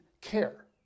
care